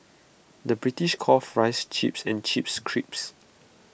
the British calls Fries Chips and Chips Crisps